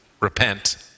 Repent